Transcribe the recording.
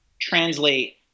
translate